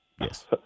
Yes